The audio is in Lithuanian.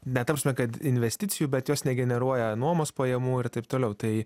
ne ta prasme kad investicijų bet jos negeneruoja nuomos pajamų ir taip toliau tai